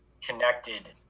connected